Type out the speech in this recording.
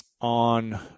on